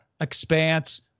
expanse